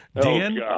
dan